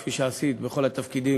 כפי שעשית בכל התפקידים,